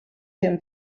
him